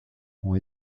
ont